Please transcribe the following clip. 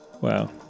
Wow